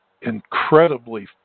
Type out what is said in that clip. incredibly